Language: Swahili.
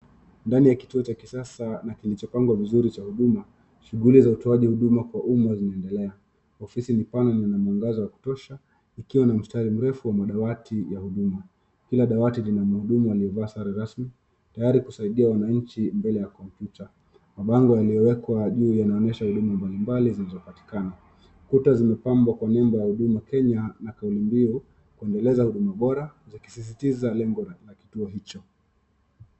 Ndani ya kituo cha kisasa, na kilichopangwa vizuri kwa huduma, shughuli za utoaji huduma za umma zinaedelea, ofisi ni pana na lina mwangaza wa kutosha, ikiwa na mustari mrefu ya madawati ya huduma , kila dawati lina mhudumu aliyevaa sare rasmi, tayari kusaidia wananchi, mbele ya kompyuta, mabango yaliyowekwa juu yanaonyesha huduma mbalimbali zinazopatikana, kuna zimepambwa kwa nembo ya huduma kenya, na kauli mbiu inaeleza huduma bora, likisisitiza lengo la kituo hicho.